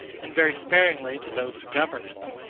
and very sparingly to those who govern it.